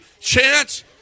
chance